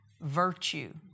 virtue